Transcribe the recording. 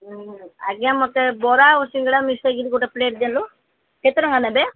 ଆଜ୍ଞା ମୋତେ ବରା ଆଉ ସିଙ୍ଗଡ଼ା ମିଶେଇକି ଗୋଟେ ପ୍ଲେଟ୍ ଦେଲେ କେତେ ଟଙ୍କା ନେବେ